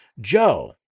Joe